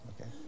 okay